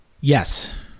Yes